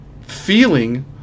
feeling